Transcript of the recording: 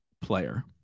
player